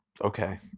Okay